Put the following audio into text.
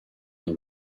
dans